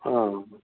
હા